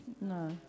No